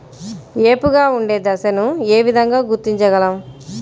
ఏపుగా ఉండే దశను ఏ విధంగా గుర్తించగలం?